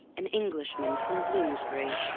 an englishman from bloomsbury,